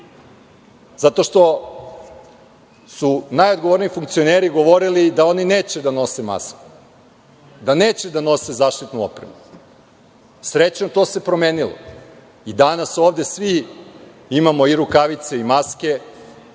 zato što su najodgovorniji funkcioneri govorili da oni neće da nose masku, da neće da nose zaštitnu opremu. Srećom to se promenilo. Danas ovde svi imamo i rukavice i maske